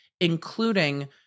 including